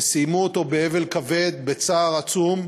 וסיימו אותו באבל כבד, בצער עצום,